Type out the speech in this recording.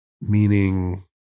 Meaning